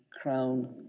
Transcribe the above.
crown